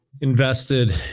invested